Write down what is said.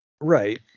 Right